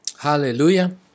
Hallelujah